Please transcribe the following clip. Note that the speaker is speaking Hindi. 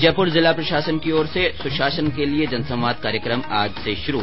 जयपुर जिला प्रशासन की ओर से सुशासन के लिये जनसंवाद कार्यक्रम आज से शुरू